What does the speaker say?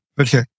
Okay